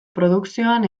produkzioan